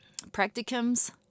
practicums